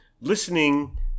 listening